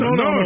no